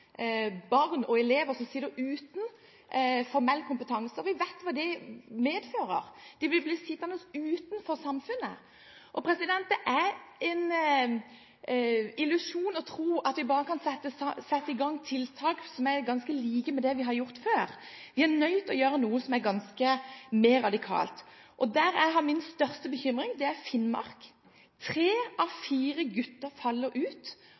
elever uten formell kompetanse? Og vi vet hva det medfører: De vil bli værende utenfor samfunnet. Og det er en illusjon å tro at vi bare kan sette i gang tiltak som er ganske like det vi har gjort før. Vi er nødt til å gjøre noe mer radikalt. Min største bekymring er Finnmark. Tre av fire gutter faller ut